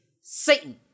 Satan